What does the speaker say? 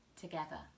together